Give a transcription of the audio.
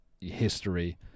history